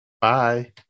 Bye